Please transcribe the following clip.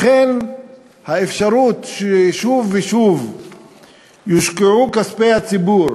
לכן האפשרות ששוב ושוב יושקעו כספי הציבור